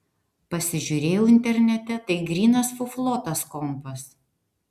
pasižiūrėjau internete tai grynas fuflo tas kompas